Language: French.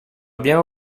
bien